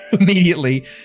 immediately